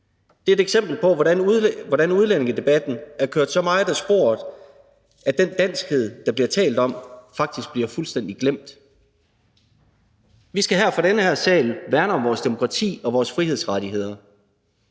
Det er et eksempel på, hvordan udlændingedebatten er kørt så meget af sporet, at den danskhed, der bliver talt om, faktisk bliver fuldstændig glemt. Vi skal her i den her sal værne om vores demokrati og vores frihedsrettigheder.